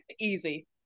easy